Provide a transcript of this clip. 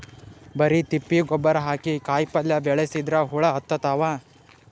ಬರಿ ತಿಪ್ಪಿ ಗೊಬ್ಬರ ಹಾಕಿ ಪಲ್ಯಾಕಾಯಿ ಬೆಳಸಿದ್ರ ಹುಳ ಹತ್ತತಾವ?